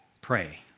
Pray